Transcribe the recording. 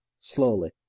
slowly